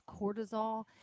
cortisol